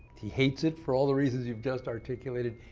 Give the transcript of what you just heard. he hates it for all the reasons you've just articulated,